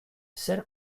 zer